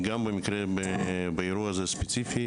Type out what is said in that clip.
באירוע הספציפי הזה,